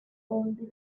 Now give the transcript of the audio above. only